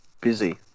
busy